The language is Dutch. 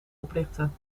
oprichten